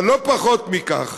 אבל לא פחות מזה,